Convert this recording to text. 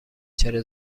چرا